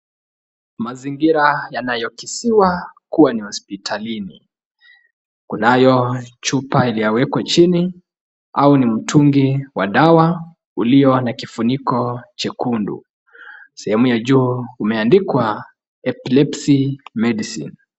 Mazingira yanayokisiwa kuwa ni hospitalini. Kunayo chupa yawekwa chini au ni mtungi wa dawa ulio na kifuniko chekundu. Sehemu ya juu umeandikwa epilepsy medicine.